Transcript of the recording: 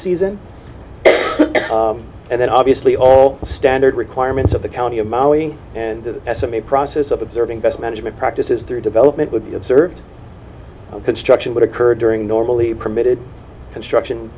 season and then obviously all the standard requirements of the county of maui and the estimate process of observing best management practices through development would be observed the construction would occur during normally permitted construction